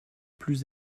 plus